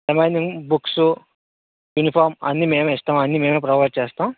remaining books uniform అన్ని మేమే ఇస్తాం అన్ని మేమే ప్రొవైడ్ చేస్తాం